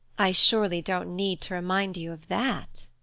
i surely don't need to remind you of that?